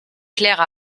claire